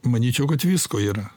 manyčiau kad visko yra